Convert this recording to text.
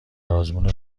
آزمون